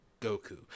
Goku